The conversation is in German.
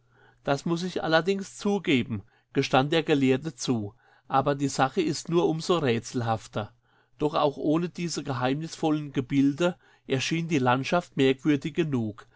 das muß ich allerdings zugeben gestand der gelehrte zu aber die sache ist nur umso rätselhafter doch auch ohne diese geheimnisvollen gebilde erschien die landschaft merkwürdig genug